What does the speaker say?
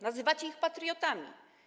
Nazywacie ich patriotami.